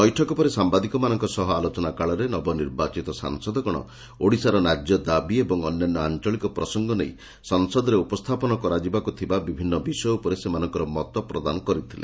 ବୈଠକ ପରେ ସାୟାଦିକମାନଙ୍କ ସହ ଆଲୋଚନା କାଳରେ ନବନିର୍ବାଚିତ ସାଂସଦଗଣ ଓଡିଶାର ନ୍ୟାର୍ଯ୍ୟ ଦାବି ଏବଂ ଅନ୍ୟାନ୍ୟ ଆଞ୍ଞଳିକ ପ୍ରସଙ୍ଗ ନେଇ ସଂସଦରେ ଉପସ୍ତାପନ କରାଯିବାକୁ ଥିବା ବିଭିନ୍ ବିଷୟ ଉପରେ ସେମାନଙ୍କର ମତ ପ୍ରଦାନ କରିଥିଲେ